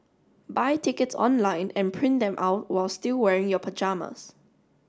buy tickets online and print them out while still wearing your pyjamas